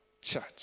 church